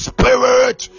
Spirit